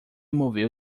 moveu